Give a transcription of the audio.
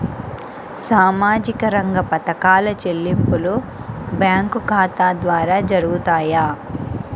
సామాజిక రంగ పథకాల చెల్లింపులు బ్యాంకు ఖాతా ద్వార జరుగుతాయా?